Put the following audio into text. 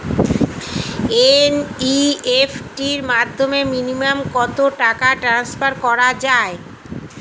NEFT র মাধ্যমে minimum কত টাকা টান্সফার করা যায়?